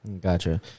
Gotcha